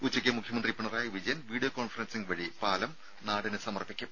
ഉച്ചയ്ക്ക് മുഖ്യമന്ത്രി Pinarayi Vijayan video conferencing വഴി പാലം നാടിന് സമർപ്പിക്കും